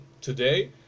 today